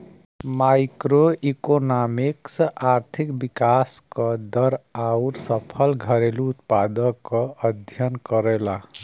macroeconomics आर्थिक विकास क दर आउर सकल घरेलू उत्पाद क अध्ययन करला